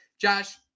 Josh